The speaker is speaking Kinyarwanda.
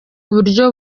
buryo